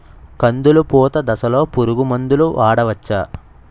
కందులు పూత దశలో పురుగు మందులు వాడవచ్చా?